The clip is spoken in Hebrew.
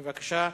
בבקשה.